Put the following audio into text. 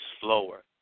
slower